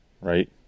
right